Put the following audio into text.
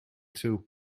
too